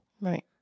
right